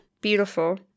Beautiful